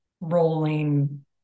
rolling